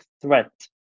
threat